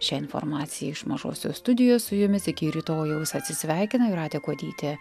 šia informacija iš mažosios studijos su jumis iki rytojaus atsisveikina jūratė kuodytė